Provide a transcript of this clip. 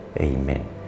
Amen